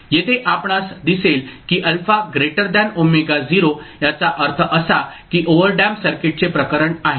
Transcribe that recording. येथे आपणास दिसेल की α ω0 याचा अर्थ असा की ओव्हरडेम्प्ड सर्किटचे प्रकरण आहे